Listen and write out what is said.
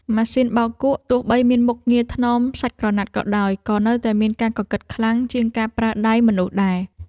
ម៉ាស៊ីនបោកគក់ទោះបីមានមុខងារថ្នមសាច់ក្រណាត់ក៏ដោយក៏នៅតែមានការកកិតខ្លាំងជាងការប្រើដៃមនុស្សដែរ។